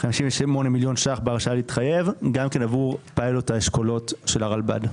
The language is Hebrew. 58 מיליון ₪ בהרשאה להתחייב עבור פילוט האשכולות של הרלב"ד.